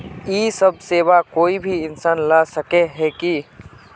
इ सब सेवा कोई भी इंसान ला सके है की?